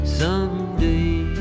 someday